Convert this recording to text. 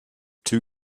two